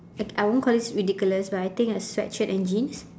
like I won't call this ridiculous but I think a sweatshirt and jeans